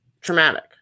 traumatic